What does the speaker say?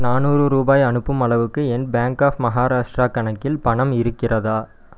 நாநூறு ரூபாய் அனுப்பும் அளவுக்கு என் பேங்க் ஆஃப் மஹாராஷ்டிரா கணக்கில் பணம் இருக்கிறதா